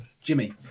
Jimmy